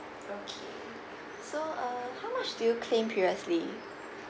okay so uh how much do you claim previously